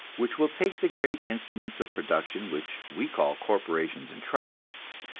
which will take the great instruments of production which we call corporations and trusts,